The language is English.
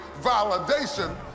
Validation